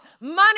money